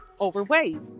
overweight